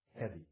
heavy